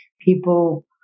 people